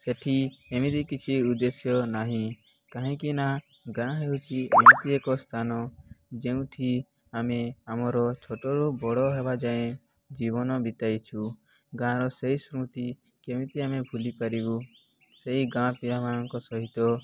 ସେଠି ଏମିତି କିଛି ଉଦ୍ଦେଶ୍ୟ ନାହିଁ କାହିଁକିନା ଗାଁ ହେଉଛି ଏମିତି ଏକ ସ୍ଥାନ ଯେଉଁଠି ଆମେ ଆମର ଛୋଟରୁ ବଡ଼ ହେବା ଯାଏଁ ଜୀବନ ବିତାଇଛୁ ଗାଁର ସେଇ ସ୍ମୃତି କେମିତି ଆମେ ଭୁଲିପାରିବୁ ସେଇ ଗାଁ ପିିଲାମାନଙ୍କ ସହିତ